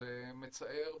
זה מצער.